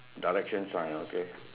direction sign okay